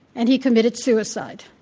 and he committed suicide.